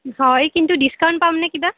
হয় কিন্তু ডিচকাউণ্ট পামনে কিবা